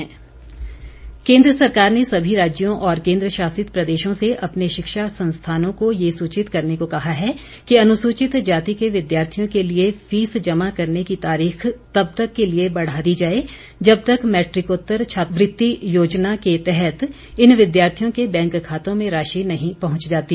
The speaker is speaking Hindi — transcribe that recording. छात्रवृत्ति केंद्र सरकार ने सभी राज्यों और केंद्र शासित प्रदेशों से अपने शिक्षा संस्थानों को यह सूचित करने को कहा है कि अनुसूचित जाति के विद्यार्थियों के लिए फीस जमा करने की तारीख तब तक के लिए बढ़ा दी जाए जब तक मैट्रिकोत्तर छात्रवृत्ति योजना के तहत इन विद्यार्थियों के बैंक खातों में राशि नहीं पहुंच जाती